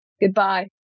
Goodbye